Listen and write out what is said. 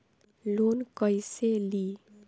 Loan कईसे ली?